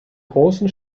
großen